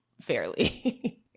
fairly